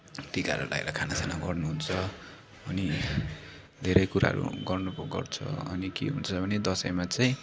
टिकाहरू लगाएर खानासाना गर्नुहुन्छ अनि धेरै कुराहरू गर्नु पो गर्छु र अनि के हुन्छ भने दसैँमा चाहिँ